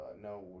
No